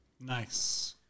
Nice